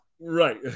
Right